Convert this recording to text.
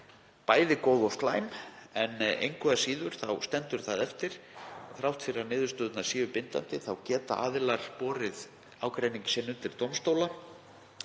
bæði góð og slæm. Engu að síður stendur það eftir að þrátt fyrir að niðurstöðurnar séu bindandi þá geta aðilar borið ágreining sinn undir dómstóla